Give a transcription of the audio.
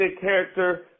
character